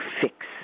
fix